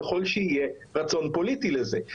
ככל שיהיה רצון פוליטי לזה.